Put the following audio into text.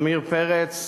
עמיר פרץ,